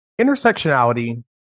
Intersectionality